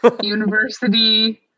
University